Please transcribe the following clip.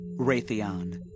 Raytheon